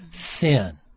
thin